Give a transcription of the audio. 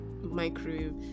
microwave